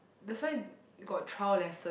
that's why got trial lesson